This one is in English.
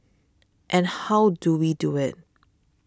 and how do we do it